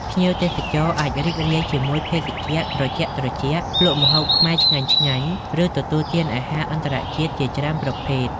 ភ្ញៀវទេសចរអាចរីករាយជាមួយភេសជ្ជៈត្រជាក់ៗ ភ្លក្សម្ហូបខ្មែរឆ្ងាញ់ៗ ឬទទួលទានអាហារអន្តរជាតិជាច្រើនប្រភេទ។